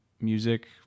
Music